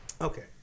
Okay